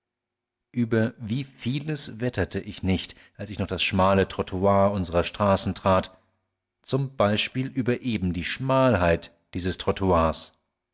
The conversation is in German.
über wie vieles wetterte ich nicht als ich noch das schmale trottoir unserer straßen trat z b über eben die schmalheit dieses